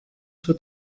für